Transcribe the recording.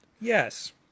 Yes